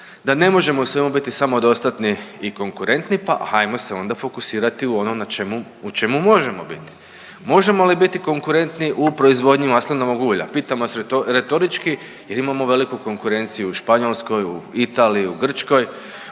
da ne možemo u svemu biti samodostatni i konkurentni, pa hajmo se onda fokusirati u ono u čemu možemo biti. Možemo li biti konkurentni u proizvodnji maslinovog ulja? Pitam vas retorički jer imamo veliku konkurenciju u Španjolskoj, u Italiji, u Grčkoj.